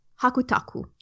Hakutaku